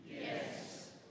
Yes